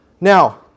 now